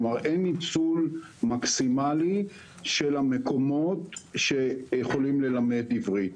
כלומר אין ניצול מקסימאלי של המקומות שיכולים ללמד עברית.